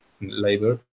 labor